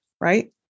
right